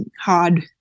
hard